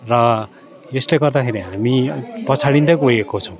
र यसले गर्दाखेरि हामी पछाडिँदै गएको छौँ